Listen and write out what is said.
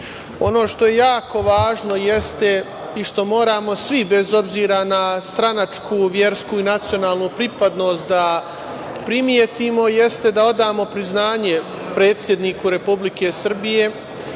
što je jako važno i što moramo svi, bez obzira na stranačku, versku i nacionalnu pripadnost da primetimo jeste da odamo priznanje predsedniku Republike Srbije